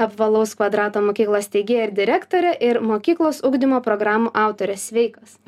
apvalaus kvadrato mokyklos steigėja ir direktorė ir mokyklos ugdymo programų autorė sveikos